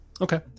Okay